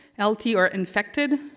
lt or infected,